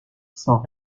sans